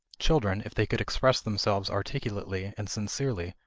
children, if they could express themselves articulately and sincerely,